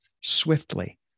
swiftly